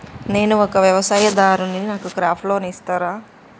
నేను ఒక వ్యవసాయదారుడిని నాకు క్రాప్ లోన్ ఇస్తారా?